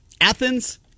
Athens